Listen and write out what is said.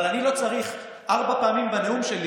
אבל אני לא צריך ארבע פעמים בנאום שלי